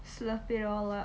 slurp it all up